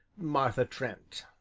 martha trent.